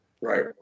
Right